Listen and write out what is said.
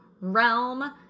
realm